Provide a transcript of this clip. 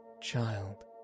child